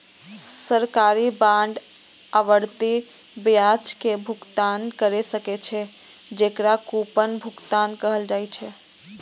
सरकारी बांड आवर्ती ब्याज के भुगतान कैर सकै छै, जेकरा कूपन भुगतान कहल जाइ छै